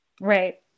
Right